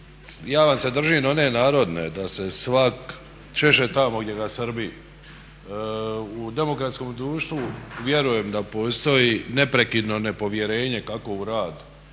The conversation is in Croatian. ja vam se držim one narodne da se svak češe tamo gdje ga svrbi. U demokratskom društvu vjerujem da postoji neprekidno nepovjerenje kako u rad